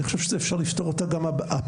אני חושב שזה אפשר לפתור אותה גם הפעם,